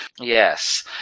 yes